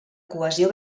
cohesió